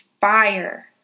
fire